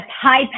high